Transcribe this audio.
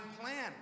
plan